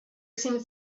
seemed